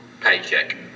paycheck